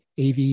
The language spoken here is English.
AV